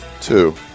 two